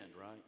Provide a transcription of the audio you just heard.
right